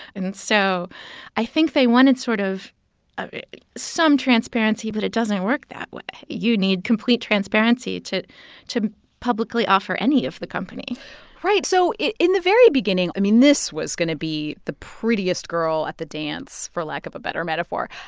and so i think they wanted sort of of some transparency, but it doesn't work that way. you need complete transparency to to publicly offer any of the company right. so in the very beginning, i mean, this was going to be the prettiest girl at the dance, for lack of a better metaphor.